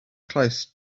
close